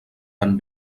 ben